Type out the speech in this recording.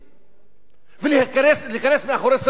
ולהיכנס מאחורי סורג ובריח.